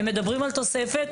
הם מדברים על תוספת.